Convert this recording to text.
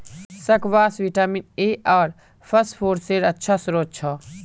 squash vitamin A आर फस्फोरसेर अच्छा श्रोत छ